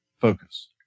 focus